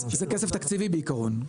זה כסף תקציבי בעיקרון.